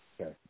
Okay